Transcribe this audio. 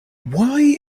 why